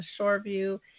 Shoreview